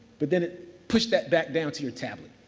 but then it pushed that back down to your tablet.